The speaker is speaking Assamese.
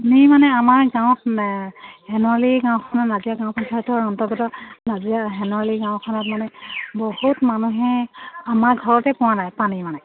নি মানে আমাৰ গাঁৱত হেনুৱালী গাঁওখনে নাজিৰা গাঁও পঞ্চায়তৰ অন্তৰ্গত নাজিৰা হেনুৱালী গাঁওখনত মানে বহুত মানুহে আমাৰ ঘৰতে পোৱা নাই পানী মানে